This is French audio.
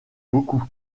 beaucoup